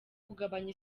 kugabanya